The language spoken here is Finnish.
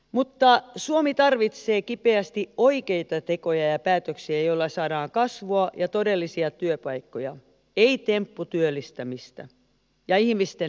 mutta suomi tarvitsee kipeästi oikeita tekoja ja päätöksiä joilla saadaan kasvua ja todellisia työpaikkoja ei tempputyöllistämistä ja ihmisten nöyryyttämistä